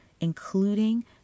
including